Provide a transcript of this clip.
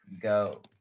go